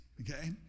okay